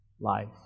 life